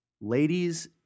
Ladies